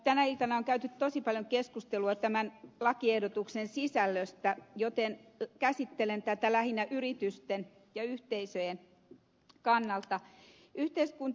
tänä iltana on käyty tosi paljon keskustelua tämän lakiehdotuksen sisällöstä joten käsittelen tätä lähinnä yritysten ja yhteisöjen kannalta